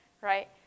right